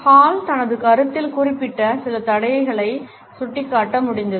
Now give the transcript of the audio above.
hall தனது கருத்தில் குறிப்பிட்ட சில தடைகளை சுட்டிக்காட்ட முடிந்தது